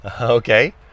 Okay